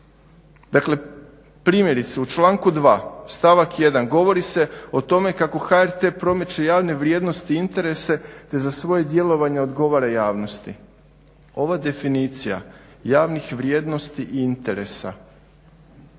HRT-a. Primjerice u članku 2.stavak 1.govori se o tome kako "HRT promiče javne vrijednosti i interese te za svoje djelovanje odgovara javnosti". Ovo je definicija javnih vrijednosti i interesa.